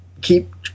keep